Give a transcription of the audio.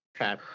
Okay